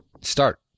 start